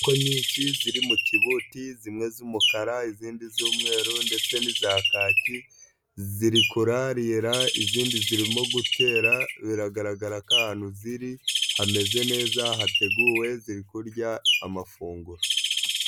Kuko nyinshi ziri mu kibuti zimwe z'umukara, izindi z'umweru ndetse n'iza kaki zirikurarira, izindi zirimo gutera; biragaragara ko ahantu ziri hameze neza hateguwe ziri kurya amafunguro.